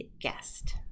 guest